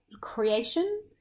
creation